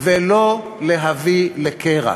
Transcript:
ולא להביא לקרע.